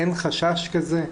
אין חשש כזה?